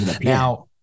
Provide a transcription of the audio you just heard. Now